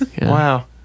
Wow